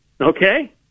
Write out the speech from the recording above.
Okay